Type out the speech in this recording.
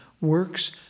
works